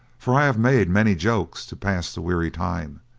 for i have made many jokes to pass the weary time,